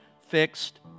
fixed